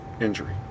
injury